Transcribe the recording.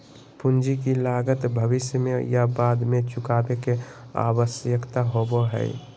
पूंजी की लागत भविष्य में या बाद में चुकावे के आवश्यकता होबय हइ